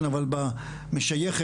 אבל משייך,